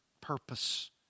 purpose